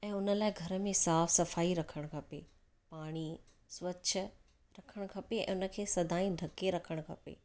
ऐं उन लाइ घर में साफ सफाई रखणु खपे पाणी स्वच्छ रखणु खपे ऐं उन खे सदाईं ढके रखणु खपे